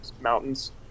mountains